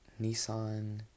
Nissan